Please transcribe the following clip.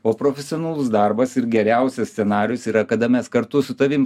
o profesionalus darbas ir geriausias scenarijus yra kada mes kartu su tavim